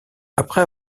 après